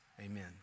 amen